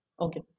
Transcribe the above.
Okay